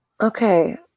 Okay